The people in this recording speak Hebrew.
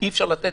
אי-אפשר לתת